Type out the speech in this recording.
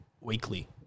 weekly